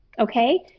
okay